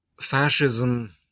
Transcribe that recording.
fascism